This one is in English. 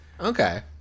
Okay